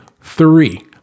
three